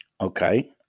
Okay